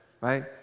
right